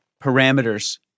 parameters